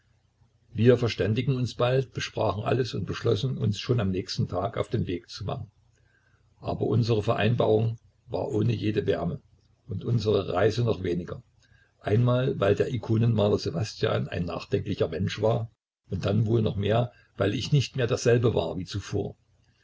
wir verständigten uns bald besprachen alles und beschlossen uns schon am nächsten tag auf den weg zu machen aber unsere vereinbarung war ohne jede wärme und unsere reise noch weniger einmal weil der ikonenmaler ssewastjan ein nachdenklicher mensch war und dann wohl noch mehr weil ich nicht mehr derselbe war wie zuvor